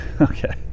Okay